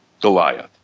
Goliath